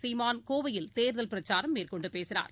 சீமான் கோவையில் தேர்தல் பிரச்சாரம் மேற்கொண்டுபேசினார்